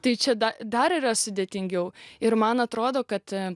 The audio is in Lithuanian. tai čia dar yra sudėtingiau ir man atrodo kad